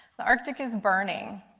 the arctic is burning.